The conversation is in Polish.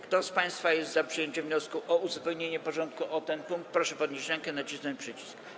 Kto z państwa jest za przyjęciem wniosku o uzupełnienie porządku o ten punkt, proszę podnieść rękę i nacisnąć przycisk.